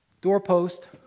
Doorpost